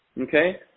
okay